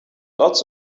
lot